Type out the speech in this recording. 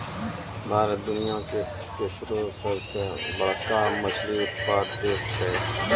भारत दुनिया के तेसरो सभ से बड़का मछली उत्पादक देश छै